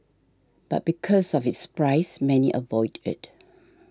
but because of its price many avoid it